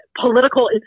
political